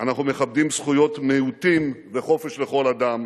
אנחנו מכבדים זכויות מיעוטים וחופש לכל אדם,